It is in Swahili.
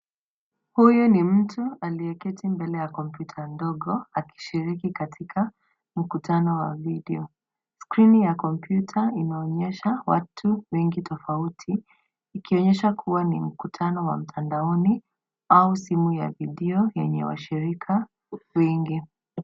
Huyu ni mtu aliyeketi mbele ya kompyuta ndogo akishiriki katika mkutano wa video . Skrini ya kompyuta inaonyesha watu wengi tofauti ikionyesha kuwa ni mkutano wa mtandaoni au simu ya video yenye washirika wengi.